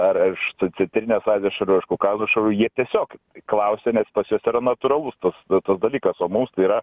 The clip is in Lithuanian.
ar ar iš centrinės azijos šalių ar iš kaukazo šalių jie tiesiog klausia nes pas juos yra natūralus tas tas dalykas o mums yra